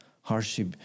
hardship